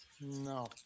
no